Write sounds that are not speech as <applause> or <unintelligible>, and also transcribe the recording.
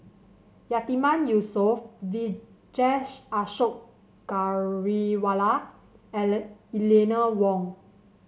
Yatiman Yusof Vijesh Ashok Ghariwala <unintelligible> Eleanor Wong